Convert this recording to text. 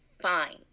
fine